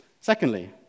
Secondly